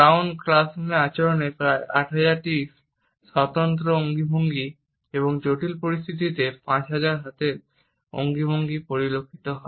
ক্রাউট ক্লাসরুমের আচরণে প্রায় 8000টি স্বতন্ত্র অঙ্গভঙ্গি এবং জটিল পরিস্থিতিতে 5000 হাতের অঙ্গভঙ্গি পরিলক্ষিত হয়